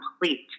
complete